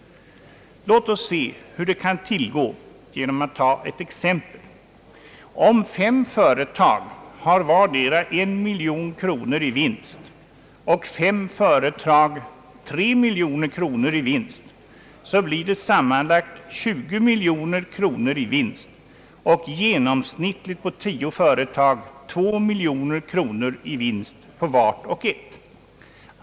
Låt oss se hur det kan tillgå genom att ta ett exempel. Om fem företag vardera har en miljon kronor i vinst och fem företag vardera har tre miljoner kronor i vinst, blir det sammanlagt 20 miljoner kronor i vinst. I genomsnitt blir vinsten för varje företag bland de tio företagen två miljoner kronor.